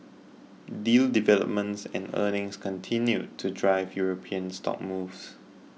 deal developments and earnings continued to drive European stock moves